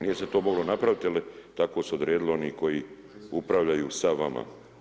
Nije se to moglo napraviti jel tako su odredili oni koji upravljaju sa vama.